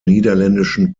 niederländischen